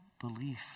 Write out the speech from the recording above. belief